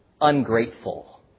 Ungrateful